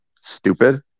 Stupid